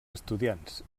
estudiants